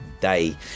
Day